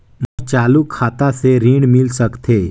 मोर चालू खाता से ऋण मिल सकथे?